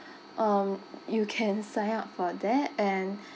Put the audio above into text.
um you can sign up for that and